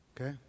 Okay